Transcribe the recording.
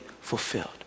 fulfilled